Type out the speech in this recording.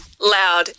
loud